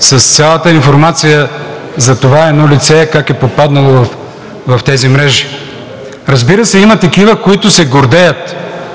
с цялата информация за това едно лице как е попаднало в тези мрежи. Разбира се, има такива, които се гордеят,